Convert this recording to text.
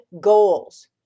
goals